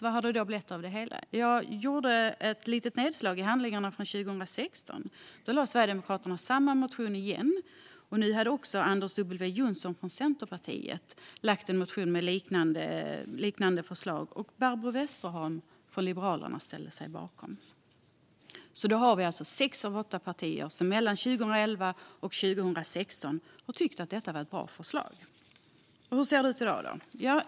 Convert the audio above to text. Vad har det då blivit av det hela? Jag gjorde ett litet nedslag i handlingarna från 2016. Då väckte Sverigedemokraterna samma motion igen. Också Anders W Jonsson från Centerpartiet motionerade om liknande förslag, och Barbro Westerholm från Liberalerna ställde sig bakom det. Vi har alltså sex av åtta partier som mellan 2011 och 2016 tyckte att det var ett bra förslag. Hur ser det ut i dag?